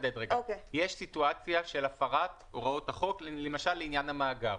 יש סיטואציה של הפרת הוראות החוק למשל לעניין המאגר.